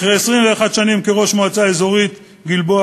אחרי 21 שנה כראש המועצה האזורית גלבוע